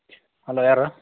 hello ಯಾರು